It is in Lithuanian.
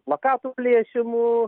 plakatų plėšimu